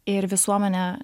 ir visuomenė